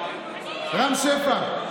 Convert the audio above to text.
רם שפע,